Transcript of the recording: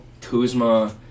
Kuzma